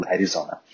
Arizona